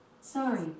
Sorry